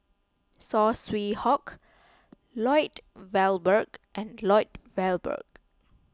Saw Swee Hock Lloyd Valberg and Lloyd Valberg